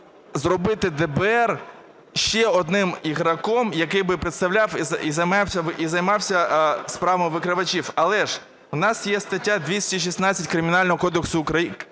зробити ДБР ще одним игроком, який би представляв і займався справами викривачів. Але ж у нас є стаття 216 Кримінального процесуального